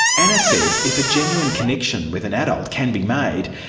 anna says if a genuine connection with an adult can be made,